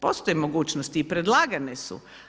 Postoji mogućnost i predlagane se.